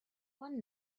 one